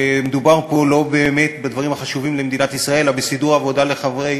שמדובר פה לא באמת בדברים החשובים למדינת ישראל אלא בסידור עבודה לחברי